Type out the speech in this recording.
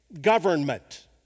Government